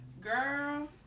girl